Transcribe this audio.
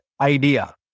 idea